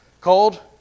called